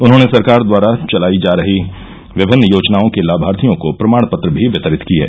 उन्होने सरकार द्वारा चलायी जा रही विभिन्न योजनाओं के लामार्थियों को प्रमाण पत्र भी वितरित किये